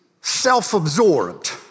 self-absorbed